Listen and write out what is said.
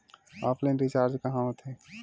Offline recharge कहां होथे?